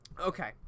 Okay